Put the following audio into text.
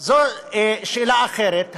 זו שאלה אחרת.